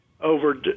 over